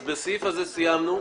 עם הסעיף הזה סיימנו.